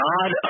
God